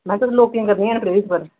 में बस लोकें गी करनी हा प्रेरित पर